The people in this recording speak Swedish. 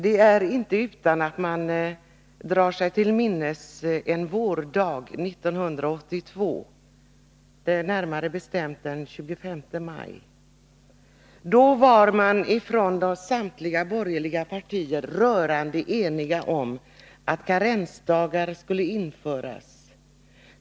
Det är inte utan att man drar sig till minnes en vårdag 1982, närmare bestämt den 25 maj. Då var samtliga borgerliga partier rörande eniga om att karensdagar skulle införas.